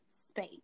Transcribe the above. space